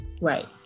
Right